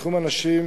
בתחום הנשים,